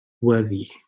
worthy